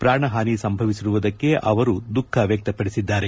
ಪ್ರಾಣಹಾನಿ ಸಂಭವಿಸಿರುವುದಕ್ಕೆ ಅವರು ದುಃಖ ವ್ವಕ್ತಪಡಿಸಿದ್ದಾರೆ